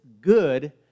good